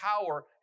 power